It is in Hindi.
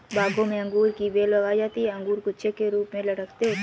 बागों में अंगूर की बेल लगाई जाती है अंगूर गुच्छे के रूप में लटके होते हैं